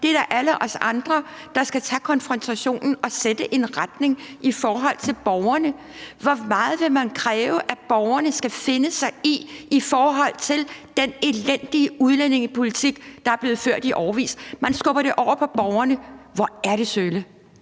det er da alle os andre, der skal tage konfrontationen og sætte en retning i forhold til borgerne. Hvor meget vil man kræve at borgerne skal finde sig i i forhold til den elendige udlændingepolitik, der er blevet ført i årevis? Man skubber det over på borgerne. Hvor er det sølle!